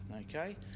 Okay